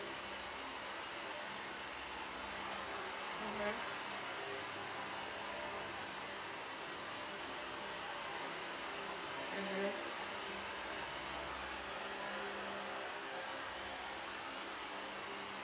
(uh huh) mmhmm